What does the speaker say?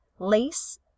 Lace